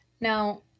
Now